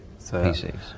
PCs